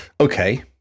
Okay